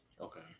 Okay